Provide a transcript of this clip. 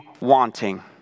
wanting